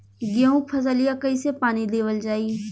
गेहूँक फसलिया कईसे पानी देवल जाई?